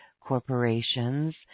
corporations